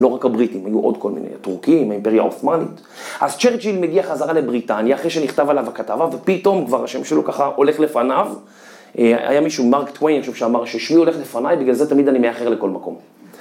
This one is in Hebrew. לא רק הבריטים, היו עוד כל מיני, הטורקים, האימפריה האותמנית. אז צ'רצ'יל מגיע חזרה לבריטניה אחרי שנכתב עליו הכתבה, ופתאום כבר השם שלו ככה הולך לפניו. היה מישהו, מרק טוויין, אני חושב שאמר, ששמי הולך לפניי, בגלל זה תמיד אני מאחר לכל מקום.